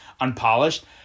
unpolished